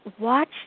Watch